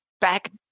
back